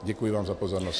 Děkuji vám za pozornost.